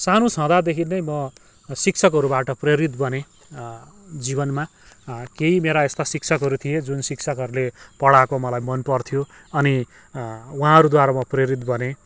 सानो छँदादेखि नै म शिक्षकहरूबाट प्रेरित बनेँ जीवनमा केहि मेरा यस्ता शिक्षकहरू थिए जुन शिक्षकहरूले पढाएको मलाई मन पर्थ्यो अनि उँहाहरूद्वारा म प्रेरित बनेँ